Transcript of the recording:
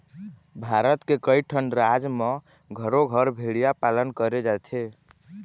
भारत के कइठन राज म घरो घर भेड़िया पालन करे जाथे